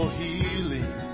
healing